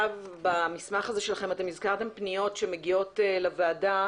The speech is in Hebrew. במסמך שלכם אתם הזכרתם פניות שמגיעות לוועדה